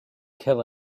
kill